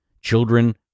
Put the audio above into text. children